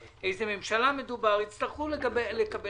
עמדתי היא שצריך לא לחכות